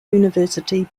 university